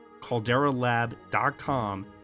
calderalab.com